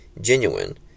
Genuine